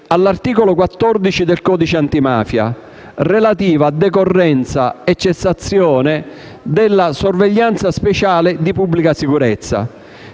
all'articolo 14 del codice antimafia, relativo a decorrenza e cessazione della sorveglianza speciale di pubblica sicurezza.